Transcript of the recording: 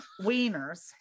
wieners